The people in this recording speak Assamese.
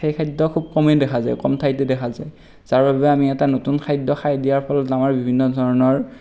সেই খাদ্য খুব কমেই দেখা যায় কম ঠাইতে দেখা যায় যাৰ বাবে আমি এটা নতুন খাদ্য খাই দিয়াৰ ফলত আমাৰ বিভিন্ন ধৰণৰ